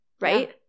Right